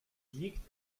liegt